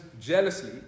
jealously